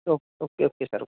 okay okay okay sir